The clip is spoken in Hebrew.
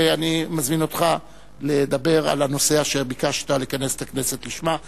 אני מזמין אותך לדבר על הנושא אשר ביקשת לכנס את הכנסת לשמו.